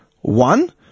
One